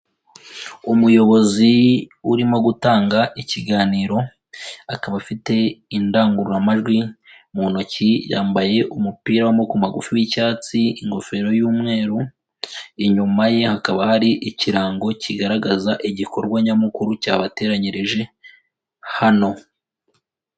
Umuyobozi urimo gutanga ikiganiro, akaba afite indangururamajwi mu ntoki, yambaye umupira w'amaboko magufi w'icyatsi, ingofero y'umweru, inyuma ye hakaba hari ikirango kigaragaza igikorwa nyamukuru cyabateranyirije hano.